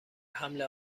حمل